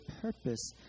purpose